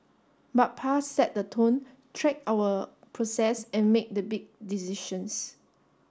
but Pa set the tone tracked our process and make the big decisions